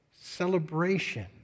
celebration